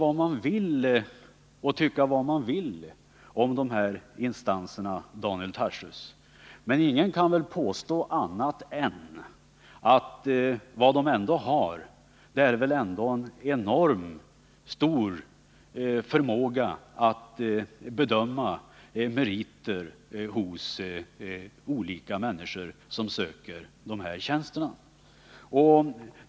Och man får tycka vad man vill om dessa instanser, Daniel Tarschys, men ingen kan påstå annat än att de har stor erfarenhet av meritvärdering.